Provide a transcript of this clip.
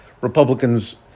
Republicans